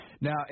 Now